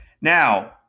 Now